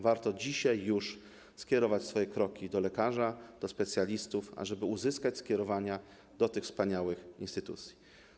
Warto już dzisiaj skierować swoje kroki do lekarza, do specjalistów, żeby uzyskać skierowania do tych wspaniałych instytucji.